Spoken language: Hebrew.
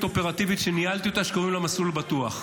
אופרטיבית שניהלתי שנקראת מסלול בטוח.